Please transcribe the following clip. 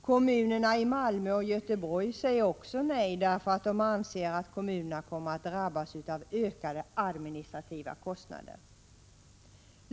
Kommunerna i Malmö och Göteborg säger också nej, därför att de anser att kommunerna kommer att drabbas av ökade administrativa kostnader.